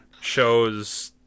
shows